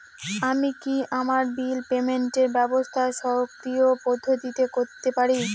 আমি কি আমার বিল পেমেন্টের ব্যবস্থা স্বকীয় পদ্ধতিতে করতে পারি?